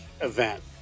event